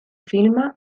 filma